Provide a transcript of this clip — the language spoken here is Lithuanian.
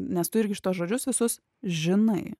nes tu irgi šituos žodžius visus žinai